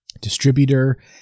distributor